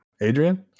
Adrian